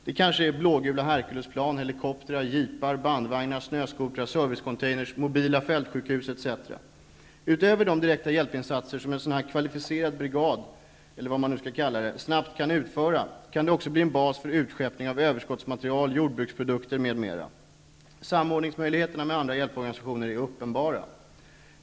Det kanske är blågula Herkulesplan, helikoptrar, jeepar, bandvagnar, snöskotrar, servicecontainers, mobila fältsjukhus etc. Utöver de direkta hjälpinsatser som en sådan kvalificerad brigad -- eller vad man nu skall kalla det -- snabbt kan utföra, kan den också bli en bas för utskeppning av överskottsmaterial, jordbruksprodukter m.m. Samordningsmöjligheterna med andra hjälporganisationer är uppenbara.